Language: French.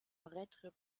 paraître